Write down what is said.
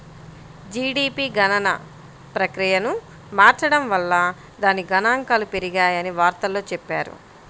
GDP గణన ప్రక్రియను మార్చడం వల్ల దాని గణాంకాలు పెరిగాయని వార్తల్లో చెప్పారు